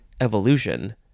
evolution